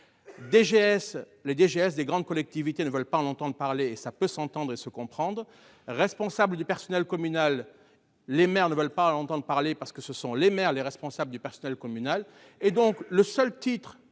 DGS le DGS des grandes collectivités ne veulent pas en entendre parler. Ça peut s'entendre et se comprendre. Responsable du personnel communal, les maires ne veulent pas entendre parler parce que ce sont les maires, les responsables du personnel communal et donc le seul titre